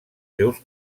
seus